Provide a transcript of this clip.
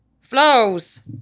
flows